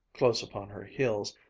close upon her heels,